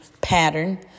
pattern